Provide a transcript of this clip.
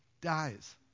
dies